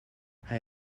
hij